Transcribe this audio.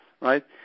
right